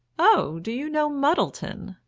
oh, do you know muddleton?